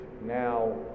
Now